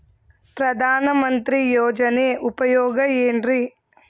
ಪ್ರಧಾನಮಂತ್ರಿ ಯೋಜನೆ ಉಪಯೋಗ ಏನ್ರೀ?